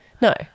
No